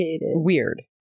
Weird